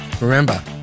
Remember